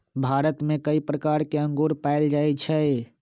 भारत में कई प्रकार के अंगूर पाएल जाई छई